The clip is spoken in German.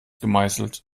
gemeißelt